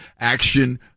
action